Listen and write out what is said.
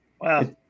wow